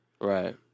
Right